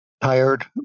Tired